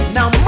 Now